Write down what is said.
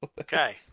Okay